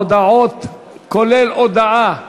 בהודעות, כולל הודעת